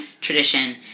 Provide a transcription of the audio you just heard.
tradition